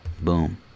Boom